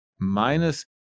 minus